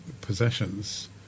possessions